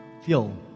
feel